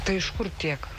tai iš kur tiek